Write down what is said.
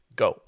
go